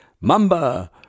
Mamba